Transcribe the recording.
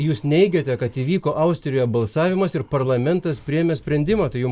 jūs neigiate kad įvyko austrijoje balsavimas ir parlamentas priėmė sprendimą tai jum